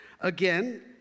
Again